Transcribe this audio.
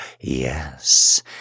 Yes